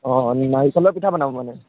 অঁ অঁ নাৰিকলৰ পিঠা বনাব মানে